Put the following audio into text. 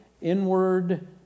inward